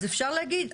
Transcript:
אז אפשר להגיד,